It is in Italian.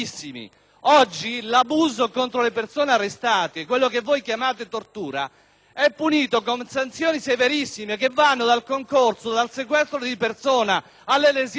è punito con sanzioni severissime, per reati che vanno dal sequestro di persona, alle lesioni, all'abuso di ufficio: altro che quattro anni! Voi fate demagogia,